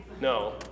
No